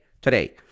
today